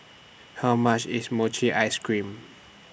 How much IS Mochi Ice Cream